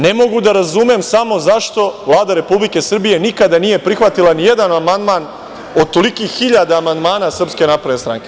Ne mogu da razumem samo zašto Vlada Republike Srbije nikada nije prihvatila nijedan amandman od tolikih hiljada amandmana SNS?